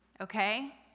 Okay